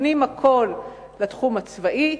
מפנים הכול לתחום הצבאי.